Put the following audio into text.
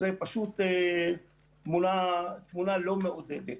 זו פשוט תמונה לא מעודדת.